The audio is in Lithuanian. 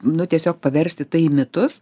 nu tiesiog paversti tai į mitus